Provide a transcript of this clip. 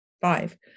five